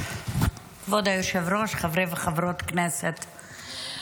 כבוד היושב-ראש, חברי וחברות הכנסת.